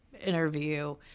interview